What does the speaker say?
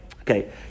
Okay